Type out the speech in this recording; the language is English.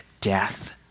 Death